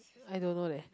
I don't know leh